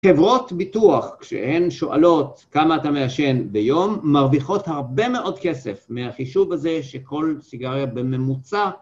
חברות ביטוח, כשהן שואלות כמה אתה מעשן ביום, מרוויחות הרבה מאוד כסף מהחישוב הזה שכל סיגריה בממוצע